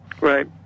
Right